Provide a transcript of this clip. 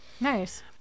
Nice